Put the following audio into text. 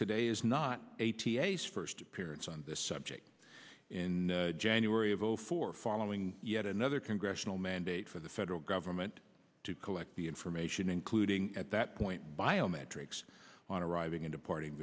today is not a t s first appearance on this subject in january of zero four following yet another congressional mandate for the federal government to collect the information including at that point biometrics on arriving in deporting